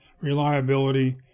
reliability